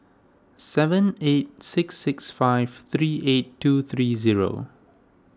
seven eight six six five three eight two three zero